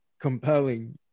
compelling